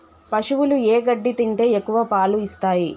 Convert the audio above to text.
పశువులు ఏ గడ్డి తింటే ఎక్కువ పాలు ఇస్తాయి?